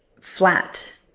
flat